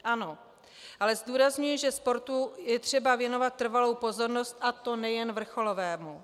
Ano, ale zdůrazňuji, že sportu je třeba věnovat trvalou pozornost, a to nejen vrcholovému.